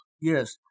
Yes